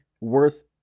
worth